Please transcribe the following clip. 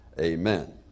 Amen